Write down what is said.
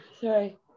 sorry